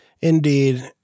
Indeed